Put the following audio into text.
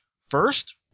First